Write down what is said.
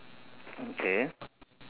okay